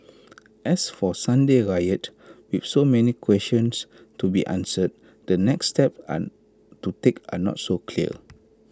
as for Sunday's riot with so many questions to be answered the next steps and to take are not so clear